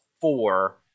four